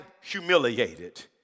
humiliated